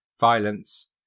violence